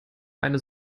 eine